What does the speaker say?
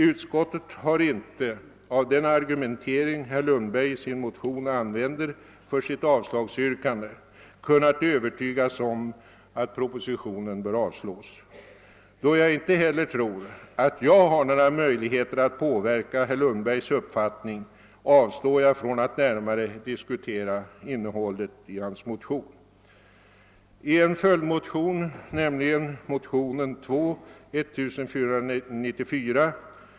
Utskottet har icke av den argumentering herr Lundberg i sin motion använder för sitt avslagsyrkande kunnat övertygas om att propositionen bör avslås. Då jag inte heller tror att jag har några möjligheter att påverka herr Lundbergs uppfattning avstår jag från att närmare diskutera hans motion.